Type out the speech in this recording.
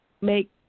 make